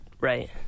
right